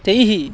तैः